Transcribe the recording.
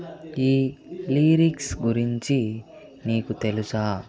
ఈ లిరిక్స్ గురించి నీకు తెలుసా